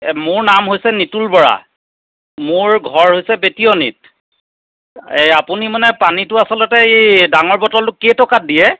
এই মোৰ নাম হৈছে নিতুল বৰা মোৰ ঘৰ হৈছে বেতিয়নীত এই আপুনি মানে পানীটো আচলতে এই ডাঙৰ বটলটো কেইটকাত দিয়ে